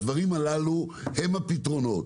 הדברים הללו הם הפתרונות.